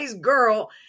Girl